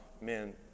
man